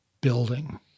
building